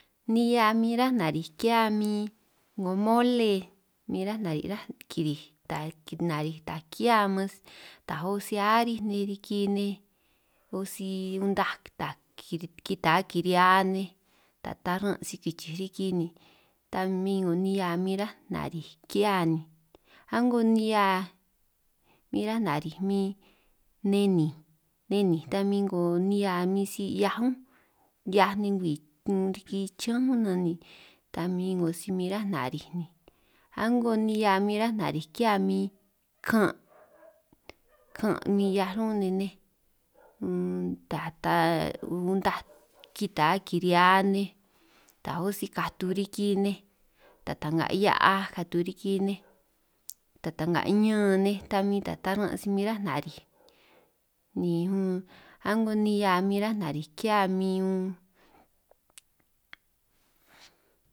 Nihia min rá nariij ki'hia min 'ngo mole min ráj nari' ráj kirij taj kij na'rij taj ki'hia man, ta oj si arij nej riki nej oj si untaj ta kiri' kita kiri'hia nej, ta taran' si kichij riki ni ta min 'ngo nihia min ráj nariij ki'hia ni, a'ngo nihia min ránj nariij min neninj neninj ta min 'ngo nihia min si 'hiaj únj, 'hiaj nej ngwii riki chiñánj únj nan ni ta min 'ngo si min ráj narij ni a'ngo nihia min ráj nariij ki'hia min kan', kan' min 'hiaj únj nej nej unn ta taj untaj kita kiri'hia nej, taj un si katu riki nej taj ta'nga hia'aj katu riki nej, taj ta'nga ñan, nej ta min ta taran' si min ráj nariij ni unn a'ngo nihia min ráj nariij ki'hia min unn.